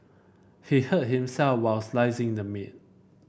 he hurt himself while slicing the meat